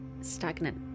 stagnant